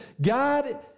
God